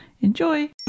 Enjoy